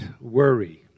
worry